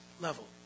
level